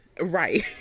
Right